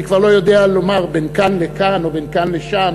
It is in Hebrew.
אני כבר לא יודע לומר בין כאן לכאן או בין כאן לשם,